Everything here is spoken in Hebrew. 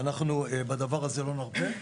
ואנחנו לא נרפה בדבר הזה.